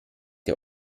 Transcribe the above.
der